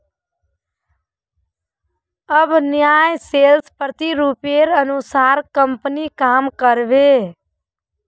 अब नया सेल्स प्रतिरूपेर अनुसार कंपनी काम कर बे